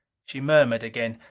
she murmured again,